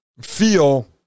feel